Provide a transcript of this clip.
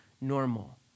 normal